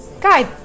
guide